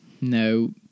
No